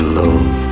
love